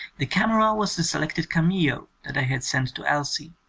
the camera was the selected cameo that i had sent to elsie,